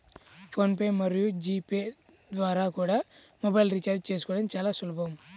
phone pay మరియు GPay ద్వారా కూడా మొబైల్ రీఛార్జి చేసుకోవడం చాలా సులభం